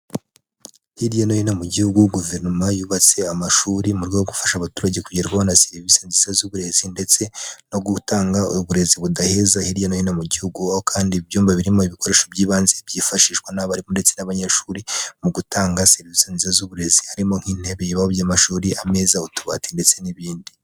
Hirya no hino mu Gihugu Guverinoma yubatse amashuri mu rwego rwo gufasha abaturage kugerwaho na serivisi nziza z'uburezi ndetse no gutanga uburezi budaheza hirya no hino mu Gihugu. Aho kandi ibyumba birimo ibikoresho by'ibanze byifashishwa n'abarimu ndetse n'abanyeshuri mu gutanga serivisi nziza z'uburezi harimo nk'intebe, ibibaho by'amashuri ameza, utubati, ndetse n'ibindi.